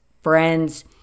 friends